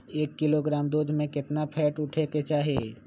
एक किलोग्राम दूध में केतना फैट उठे के चाही?